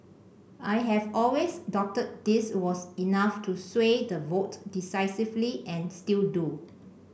I have always doubted this was enough to sway the vote decisively and still do